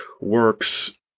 works